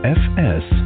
fs